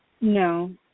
No